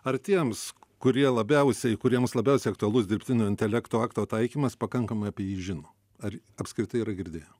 ar tiems kurie labiausiai kuriems labiausiai aktualus dirbtinio intelekto akto taikymas pakankamai apie jį žino ar apskritai yra girdėję